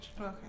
Okay